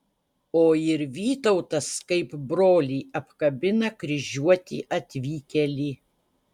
o ir vytautas kaip brolį apkabina kryžiuotį atvykėlį